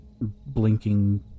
blinking